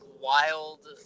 wild